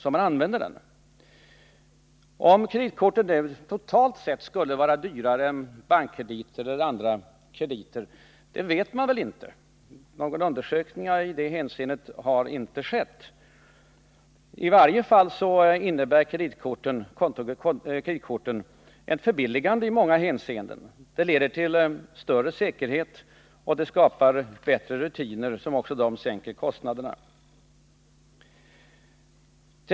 Man vet inte om kreditkorten totalt sett är dyrare än bankkrediter eller andra krediter — några undersökningar i det hänseendet har inte gjorts. I varje fall innebär kreditkorten ett förbilligande i många hänseenden. De leder till större säkerhet och skapar bättre rutiner, vilket också sänker kostnaderna.